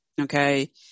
Okay